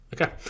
Okay